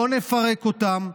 לא נפרק אותם.